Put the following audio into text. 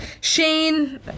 Shane